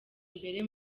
imbere